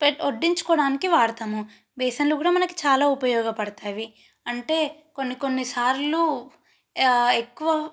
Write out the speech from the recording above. pay వడ్డించుకోవడానికి వాడుతాము బేసిన్లు కూడా మనకు చాలా ఉపయోగపడతాయి అంటే కొన్ని కొన్ని సార్లు ఎక్కువ